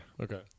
Okay